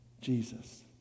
Jesus